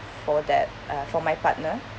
for that uh for my partner